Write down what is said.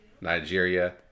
Nigeria